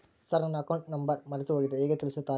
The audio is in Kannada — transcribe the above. ಸರ್ ನನ್ನ ಅಕೌಂಟ್ ನಂಬರ್ ಮರೆತುಹೋಗಿದೆ ಹೇಗೆ ತಿಳಿಸುತ್ತಾರೆ?